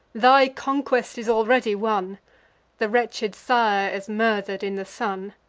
thy conquest is already won the wretched sire is murther'd in the son.